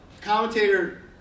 commentator